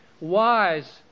wise